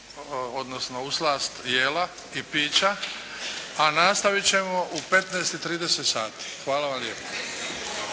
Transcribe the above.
odnosno u slast jela i pića. A nastavit ćemo u 15 i 30 sati. Hvala vam lijepa.